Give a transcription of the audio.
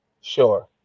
Sure